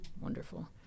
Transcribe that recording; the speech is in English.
wonderful